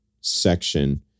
section